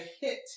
hit